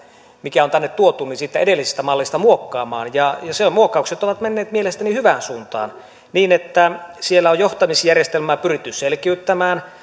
mikä on tänne tuotu on lähdetty kuitenkin siitä edellisestä mallista muokkaamaan ja muokkaukset ovat menneet mielestäni hyvään suuntaan niin että siellä on johtamisjärjestelmää pyritty selkiyttämään